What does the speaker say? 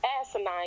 asinine